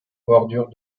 bordure